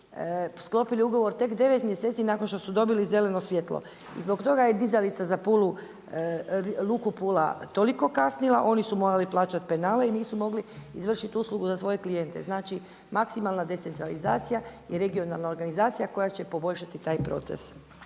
sklopili ugovor, tek devet mjeseci nakon što su dobili zeleno svjetlo. I zbog toga je dizalica za Luku Pula toliko kasnila, oni su morali plaćati penale i nisu mogli izvršiti uslugu za svoje klijente. Znači maksimalna decentralizacija i regionalna organizacija koja će poboljšati taj proces.